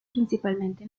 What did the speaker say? principalmente